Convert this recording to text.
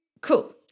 cool